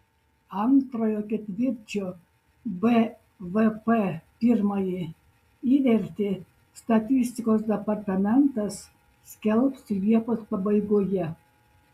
antrojo ketvirčio bvp pirmąjį įvertį statistikos departamentas skelbs liepos pabaigoje